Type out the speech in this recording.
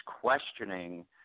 questioning